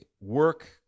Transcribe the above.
work